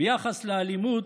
ביחס לאלימות,